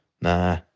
Nah